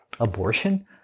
abortion